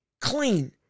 clean